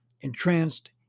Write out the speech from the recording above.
entranced